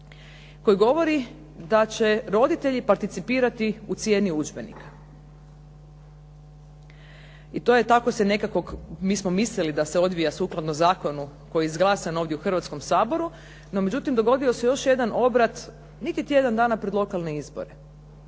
koji govori da će roditelji participirati u cijeni udžbenika. I to je tako se nekako, mi smo mislili da se odvija sukladno zakonu koji je izglasan ovdje u Hrvatskom saboru, no međutim dogodio se još jedan obrat niti tjedan dana pred lokalne izbore.